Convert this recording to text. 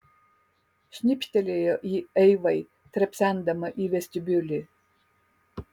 šnipštelėjo ji eivai trepsendama į vestibiulį